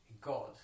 God